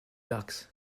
ducks